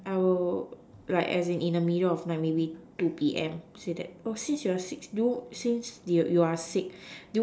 I will like as in in the middle of night maybe two P_M say that oh since you're sick do you since you you're sick